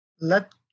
let